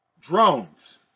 Drones